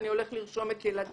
אני הולך לרשום את ילדיי,